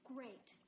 Great